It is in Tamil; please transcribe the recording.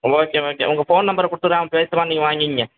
ஓகே ஓகே உங்கள் ஃபோன் நம்பரை கொடுத்துட்றேன் அவன் பேசுவான் நீங்கள் வாங்கிகோங்க